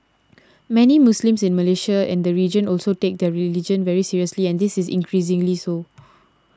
many Muslims in Malaysia and the region also take their religion very seriously and this is increasingly so